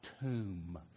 tomb